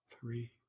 three